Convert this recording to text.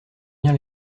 bien